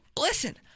listen